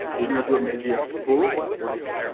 renewable energy as a whole was,